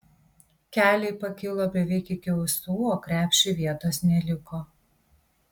keliai pakilo beveik iki ausų o krepšiui vietos neliko